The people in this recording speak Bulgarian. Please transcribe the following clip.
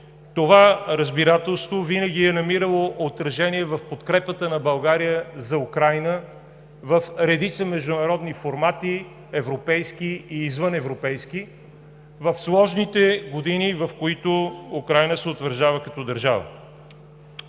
Това разбирателство винаги е намирало отражение в подкрепата на България за Украйна в редица международни формати – европейски и извъневропейски, в сложните години, в които Украйна се утвърждава като държава.